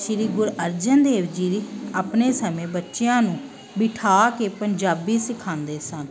ਸ੍ਰੀ ਗੁਰੂ ਅਰਜਨ ਦੇਵ ਜੀ ਦੀ ਆਪਣੇ ਸਮੇਂ ਬੱਚਿਆਂ ਨੂੰ ਬਿਠਾ ਕੇ ਪੰਜਾਬੀ ਸਿਖਾਉਂਦੇ ਸਨ